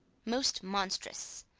most monstrous!